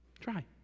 Try